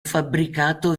fabbricato